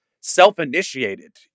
self-initiated